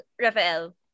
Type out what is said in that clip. Rafael